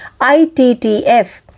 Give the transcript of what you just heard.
ITTF